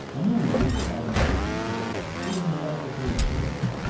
among these were automatic controls still in the laboratory stage,